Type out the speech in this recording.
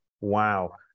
Wow